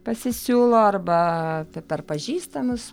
pasisiūlo arba per pažįstamus